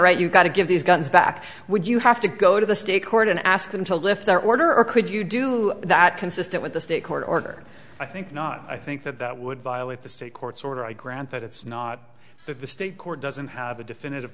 right you've got to give these guns back would you have to go to the state court and ask them to lift their order or could you do that consistent with the state court order i think not i think that that would violate the state court order i grant that it's not that the state court doesn't have a definitive